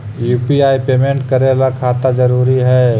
UPI payment करे ला खाता जरूरी है?